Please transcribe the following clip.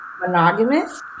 monogamous